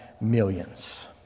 millions